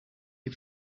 die